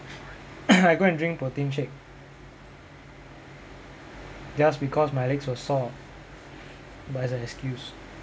I go and drink protein shake just because my legs were sore but it's an excuse